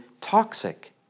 toxic